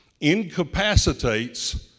incapacitates